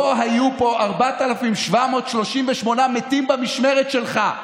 לא היו פה 4,783 מתים במשמרת שלך.